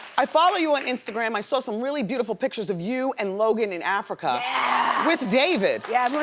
i follow you on instagram. i saw some really beautiful pictures of you and logan in africa with david. yeah, but